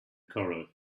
corral